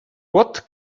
what